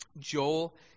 Joel